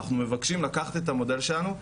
אנחנו מבקשים לקחת את המודל שלנו,